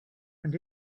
and